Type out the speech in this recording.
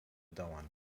dauern